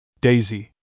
Daisy